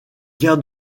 guerres